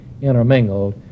intermingled